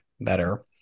better